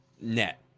net